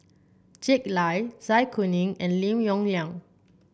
Jack Lai Zai Kuning and Lim Yong Liang